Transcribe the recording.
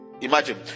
Imagine